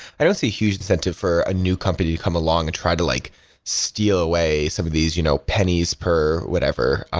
i don't see a huge incentive for a new company to come along and try to like steal away some of these you know pennies for whatever,